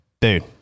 dude